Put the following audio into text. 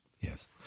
Yes